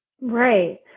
Right